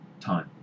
Time